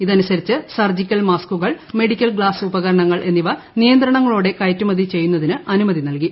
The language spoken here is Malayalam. ഇതനുസരിച്ച് സർജിക്കൽ മാസ്കുകൾ മെഡിക്കൽ ഗ്ലാസ്സ് ഉപകരണങ്ങൾ എന്നിവ നിയന്ത്രണങ്ങളോടെ കയറ്റുമതി ചെയ്യുന്നതിന് അനുമതി ഭൂൽകി